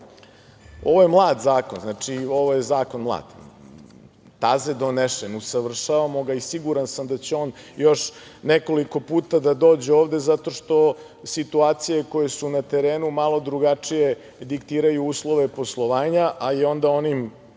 Ovo je mlad zakon, taze donesen, usavršavamo ga i siguran sam da će on još nekoliko puta da dođe ovde zato što situacije koje su na terenu malo drugačije diktiraju uslove poslovanja i onda onim